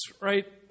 Right